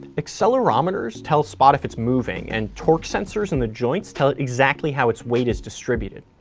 accelerometers tell spot if it's moving, and torque sensors in the joints tell it exactly how its weight is distributed.